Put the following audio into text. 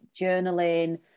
journaling